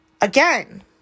Again